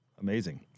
Amazing